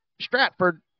Stratford